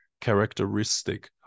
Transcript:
characteristic